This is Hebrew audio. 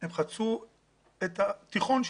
הם חצו את התיכון שלנו.